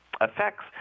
effects